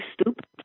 stupid